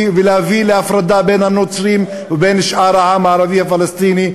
ולהביא להפרדה בין הנוצרים ובין שאר העם הערבי הפלסטיני.